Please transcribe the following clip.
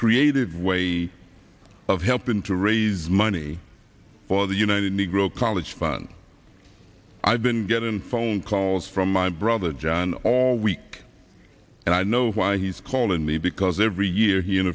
creative way of helping to raise money for the united negro college fund i've been getting phone calls from my brother john all week and i know why he's calling me because every year he in